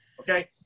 Okay